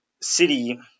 city